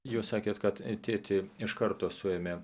jūs sakėt kad tėtį iš karto suėmė